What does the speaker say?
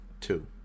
Two